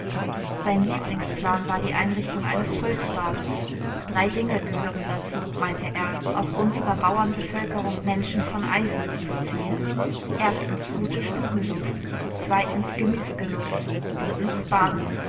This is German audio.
sein lieblingsplan war die einrichtung eines volksbades drei dinge gehören dazu meinte er aus unserer bauernbevölkerung menschen von eisen zu ziehen erstens gute stubenluft zweitens gemüsegenuß drittens baden